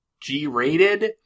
G-rated